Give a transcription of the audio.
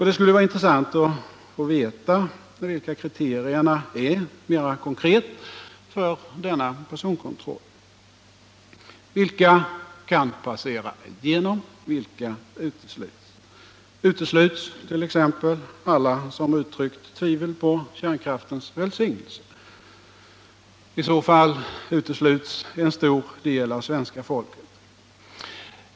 Det skulle vara intressant att få veta vilka kriterierna är mera konkret för denna personkontroll. Vilka kan passera igenom, vilka utesluts? Utesluts t.ex. alla som uttryckt tvivel på kärnkraftens välsignelser? I så fall utesluts en stor del av svenska folket.